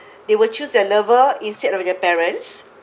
they will choose their lover instead of their parents